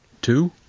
Two